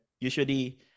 usually